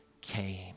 came